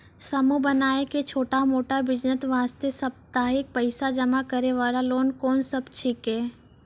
समूह बनाय के छोटा मोटा बिज़नेस वास्ते साप्ताहिक पैसा जमा करे वाला लोन कोंन सब छीके?